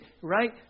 right